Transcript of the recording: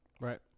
Right